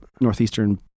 Northeastern